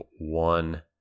one